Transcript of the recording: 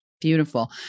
Beautiful